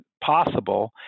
possible